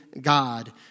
God